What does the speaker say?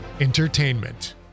Entertainment